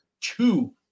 two